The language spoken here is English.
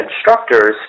instructors